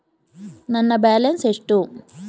ನನ್ನ ಬ್ಯಾಲೆನ್ಸ್ ಎಷ್ಟು?